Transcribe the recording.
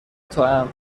توام